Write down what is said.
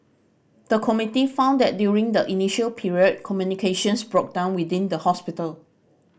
the committee found that during the initial period communications broke down within the hospital